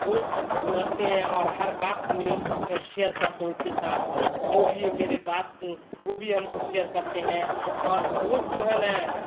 دوست کو رکھتے ہیں اور ہر بات میں شیئر کرتے ہیں اس کے ساتھ وہ بھی میرے بات وہ بھی ہم کو شیئر کرتے ہیں اور دوست جو ہے نا